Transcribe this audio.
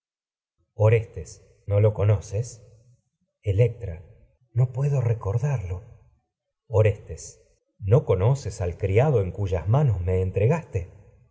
no lo conoces electra no orestes puedo recordarlo no conoces al criado en cuyas manos me entregaste